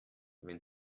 wenn